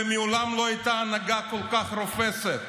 ומעולם לא הייתה הנהגה כל כך רופסת.